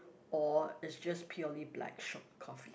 or it's just purely blackshot coffee